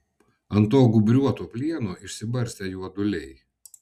ant to gūbriuoto plieno išsibarstę juoduliai